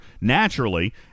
naturally